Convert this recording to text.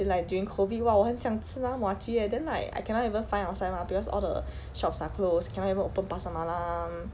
then like during COVID !wah! 我很想吃那 muah chee eh then like I cannot even find outside mah because all the shops are closed cannot even open pasar malam